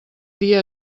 dia